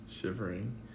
shivering